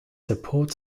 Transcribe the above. support